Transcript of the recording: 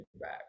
back